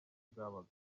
bwabaga